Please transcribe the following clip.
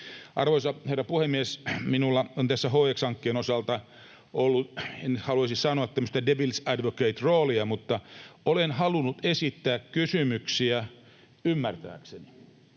Arvoisa herra puhemies! Minulla on tässä HX-hankkeen osalta ollut, en haluaisi sanoa devil’s advocate -rooli, mutta olen halunnut esittää kysymyksiä ymmärtääkseni,